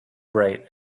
bright